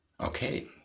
Okay